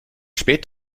spät